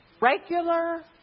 regular